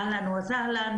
אהלן וסהלן,